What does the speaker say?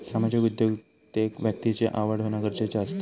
सामाजिक उद्योगिकतेत व्यक्तिची आवड होना गरजेचा असता